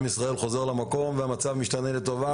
עם ישראל חוזר למקום והמצב משתנה לטובה.